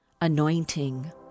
Anointing